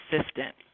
assistant